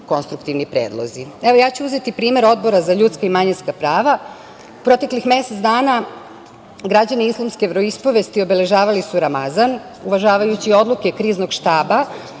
konstruktivni predlozi. Uzeću primer Odbora za ljudska i manjinska prava. Proteklih mesec dana, građani islamske veroispovesti obeležavali su Ramazan. Uvažavajući odluke Kriznog štaba